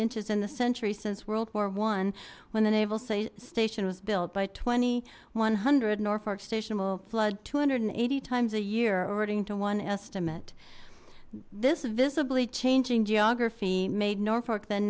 inches in the century since world war one when the naval say station was built by two thousand one hundred norfolk station will flood two hundred and eighty times a year ordering to one estimate this visibly changing geography made norfolk th